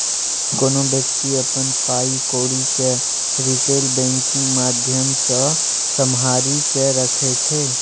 कोनो बेकती अपन पाइ कौरी केँ रिटेल बैंकिंग माध्यमसँ सम्हारि केँ राखै छै